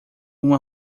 uma